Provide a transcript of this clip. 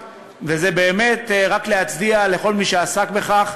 באמת, רק להצדיע לכל מי שעסק בכך.